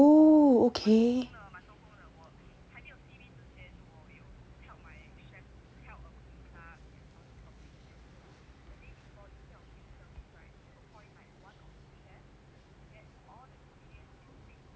oh okay